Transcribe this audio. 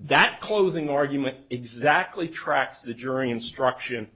that closing argument exactly tracks the jury instruction